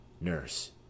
Nurse